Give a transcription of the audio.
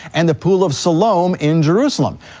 and the pool of siloam in jerusalem.